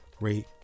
rate